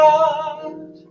God